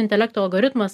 intelekto algoritmas